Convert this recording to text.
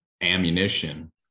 ammunition